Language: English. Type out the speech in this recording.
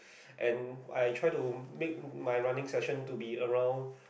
and I try to make my running session to be around